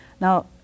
Now